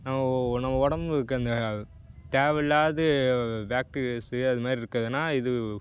நம்ம நம்ம உடம்புக்கு அந்த தேவையில்லாது பேக்டிரீயாஸ் அது மாதிரி இருக்குதுன்னா இது